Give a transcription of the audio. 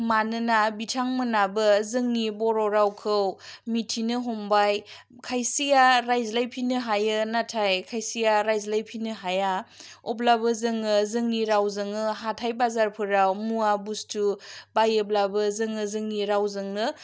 मानोना बिथांमोनाबो जोंनि बर' रावखौ मिथिनो हमबाय खायसेया रायज्लाइफिन्नो हायो नाथाइ खायसेया रायज्लाइफिन्नो हाया अब्लाबो जोङो जोंनि रावजोंनो हाथाइ बाजारफोराव मुवा बुस्थु बायोब्लाबो जोङो जोंनि रावजोंनो